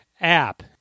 app